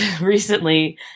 recently